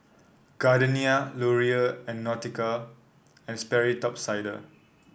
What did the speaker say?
Gardenia Laurier and Nautica And Sperry Top Sider